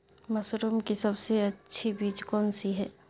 Mushroom की सबसे अच्छी बीज कौन सी है?